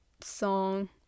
song